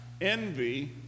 envy